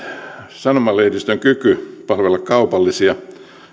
sanomalehdistön kyky palvella kaupallisia